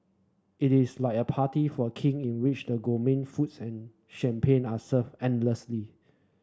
it is like a party for a King in which the foods and champagne are served endlessly